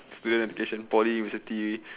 student education poly university